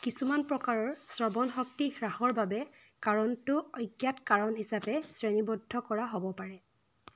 কিছুমান প্ৰকাৰৰ শ্ৰৱণ শক্তি হ্ৰাসৰ বাবে কাৰণটো অজ্ঞাত কাৰণ হিচাপে শ্ৰেণীবদ্ধ কৰা হ'ব পাৰে